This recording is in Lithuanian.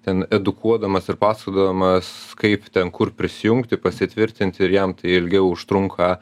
ten edukuodamas ir pasakodamas kaip ten kur prisijungti pasitvirtinti ir jam tai ilgiau užtrunka